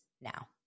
now